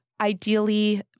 ideally